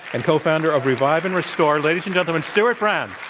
and cofounder of revive and restore. ladies and gentlemen, stewart brand.